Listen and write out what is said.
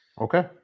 okay